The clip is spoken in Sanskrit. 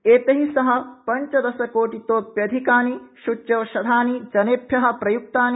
येतेभ्य सार्ध पंचदशकोटितोप्यधिकानि सूच्यौषधानि जनेभ्य प्रय्क्तानि